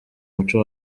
muco